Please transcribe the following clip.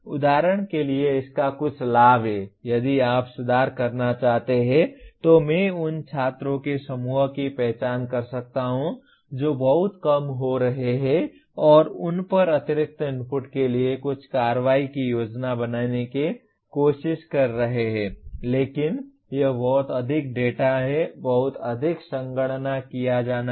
उदाहरण के लिए इसका कुछ लाभ है यदि आप सुधार करना चाहते हैं तो मैं उन छात्रों के समूह की पहचान कर सकता हूं जो बहुत कम हो रहे हैं और उन पर अतिरिक्त इनपुट के लिए कुछ कार्रवाई की योजना बनाने की कोशिश कर रहे हैं लेकिन यह बहुत अधिक डेटा है बहुत अधिक संगणना किया जाना है